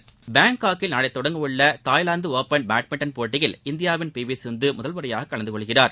விளையாட்டு செய்தி பாங்காக்கில் நாளை தொடங்க உள்ள தாய்லாந்து ஒபன் பேட்மின்டன் போட்டியில் இந்தியாவின் பி வி சிந்து முதல்முறையாக கலந்து கொள்கிறார்